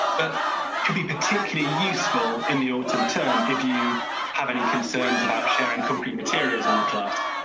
but could be particularly useful in the autumn term. if you have any concerns about sharing concrete materials in the class,